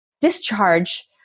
discharge